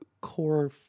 core